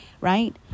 right